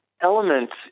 Elements